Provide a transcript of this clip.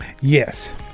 Yes